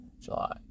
July